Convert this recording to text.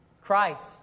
Christ